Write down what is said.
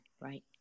right